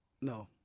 No